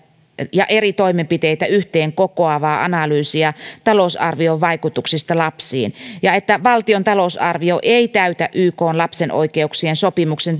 ja eri toimenpiteitä yhteen kokoavaa analyysia talousarvion vaikutuksista lapsiin ja että valtion talousarvio ei täytä ykn lapsen oikeuksien sopimuksen